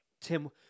Tim